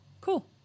Cool